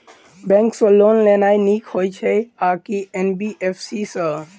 Bank सँ loan लेनाय नीक होइ छै आ की एन.बी.एफ.सी सँ?